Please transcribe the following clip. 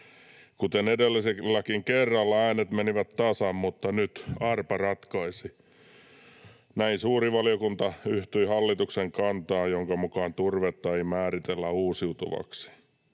Kuten edelliselläkin kerralla, äänet menivät tasan, mutta nyt arpa ratkaisi. Näin suuri valiokunta yhtyi hallituksen kantaan, jonka mukaan turvetta ei määritellä uusiutuvaksi.